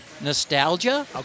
nostalgia